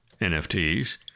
NFTs